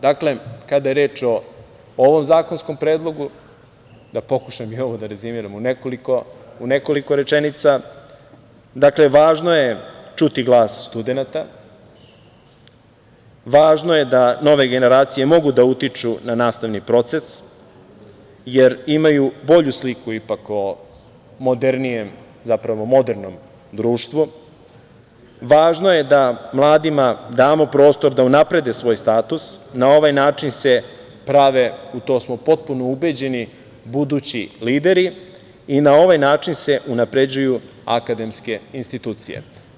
Dakle, kada je reč o ovom zakonskom predlogu, da pokušam i ovo da rezimiram u nekoliko rečenica, važno je čuti glas studenata, važno je da nove generacije mogu da utiču na nastavni proces, jer imaju bolju sliku o modernom društvu, i važno je da mladima damo prostor da unaprede svoj status i na ovaj način se prave, u to smo potpuno ubeđeni, budući lideri i na ovaj način se unapređuju akademske institucije.